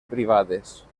privades